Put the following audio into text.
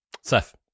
Seth